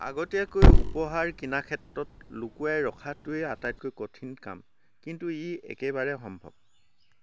আগতীয়াকৈ উপহাৰ কিনা ক্ষেত্ৰত লুকুৱাই ৰখাটোৱেই আটাইতকৈ কঠিন কাম কিন্তু ই একেবাৰে সম্ভৱ